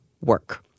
work